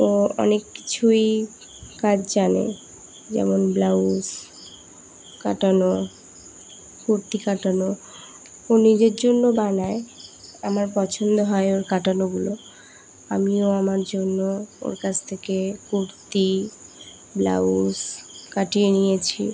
ও অনেক কিছুই কাজ জানে যেমন ব্লাউজ কাটানো কুর্তি কাটানো ও নিজের জন্য বানাই আমার পছন্দ হয় ওর কাটানোগুলো আমিও আমার জন্য ওর কাছ থেকে কুর্তি ব্লাউজ কাটিয়ে নিয়েছি